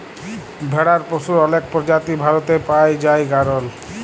ভেড়ার পশুর অলেক প্রজাতি ভারতে পাই জাই গাড়ল